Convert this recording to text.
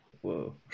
whoa